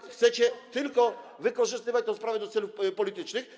Czy chcecie tylko wykorzystywać tę sprawę do celów politycznych?